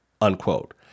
unquote